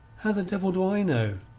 how the devil do i know?